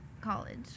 College